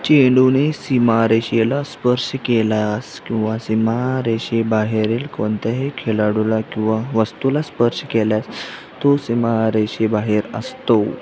चेंडूने सिमारेषेला स्पर्श केल्यास किंवा सिमारेषेबाहेरील कोणत्याही खेळाडूला किंवा वस्तूला स्पर्श केल्यास तो सिमारेषेबाहेर असतो